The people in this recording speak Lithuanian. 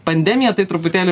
pandemija tai truputėlį